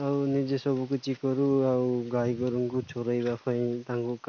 ଆଉ ନିଜେ ସବୁକଛି କରୁ ଆଉ ଗାଈ ଗୋରୁଙ୍କୁ ଛରାଇବା ପାଇଁ ତାଙ୍କୁ